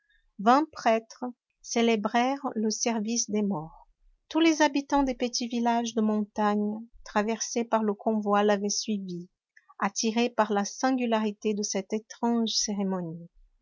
vingt prêtres célébrèrent le service des morts tous les habitants des petits villages de montagne traversés par le convoi l'avaient suivi attirés par la singularité de cette étrange cérémonie